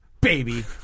Baby